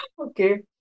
Okay